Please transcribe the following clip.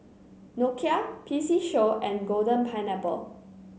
Nokia P C Show and Golden Pineapple